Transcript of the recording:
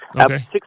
Okay